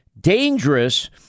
dangerous